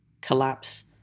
collapse